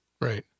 Right